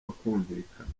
bakumvikana